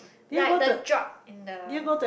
like the drop in the